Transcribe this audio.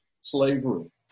slavery